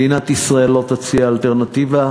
מדינת ישראל לא תציע אלטרנטיבה.